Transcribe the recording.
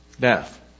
death